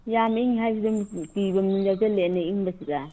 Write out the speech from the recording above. ꯌꯥꯝ ꯏꯪꯉꯦ ꯍꯥꯏꯁꯤ ꯗꯨꯝ ꯀꯤꯕ ꯑꯃ ꯌꯥꯎꯁꯜꯂꯦꯅꯦ ꯏꯪꯕꯁꯤꯗ